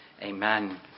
Amen